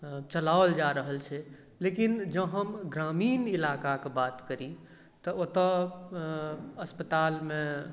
चलाओल जा रहल छै लेकिन जँ हम ग्रामीण इलाका कऽ बात करि तऽ ओतऽ अस्पतालमे